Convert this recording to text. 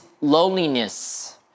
Loneliness